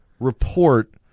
report